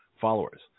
followers